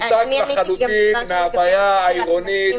מנותק לחלוטין מההוויה העירונית.